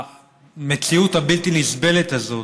המציאות הבלתי-נסבלת הזאת,